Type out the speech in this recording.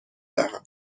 دهم